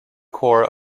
core